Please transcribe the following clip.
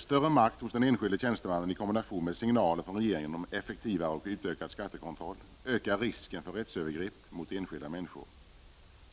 Större makt hos den enskilde tjänstemannen i kombination med signaler från regeringen om effektivare och utökad skattekontroll ökar risken för rättsövergrepp mot enskilda människor.